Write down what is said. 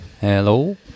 Hello